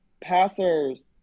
passers